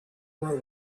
grow